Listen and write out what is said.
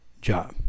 job